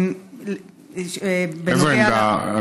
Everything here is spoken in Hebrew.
איזו עמדה?